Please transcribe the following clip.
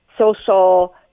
social